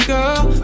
Girl